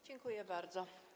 Dziękuję bardzo.